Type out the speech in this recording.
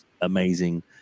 amazing